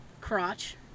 crotch